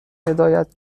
هدایت